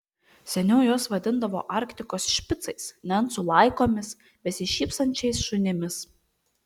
seniau juos vadino arktikos špicais nencų laikomis besišypsančiais šunimis